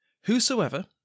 Whosoever